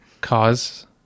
cause